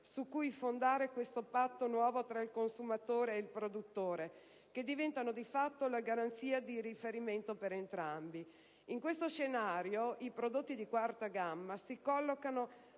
su cui fondare il nuovo patto tra il consumatore e il produttore, che diventano la garanzia di riferimento per entrambi. In questo scenario, i prodotti di quarta gamma si collocano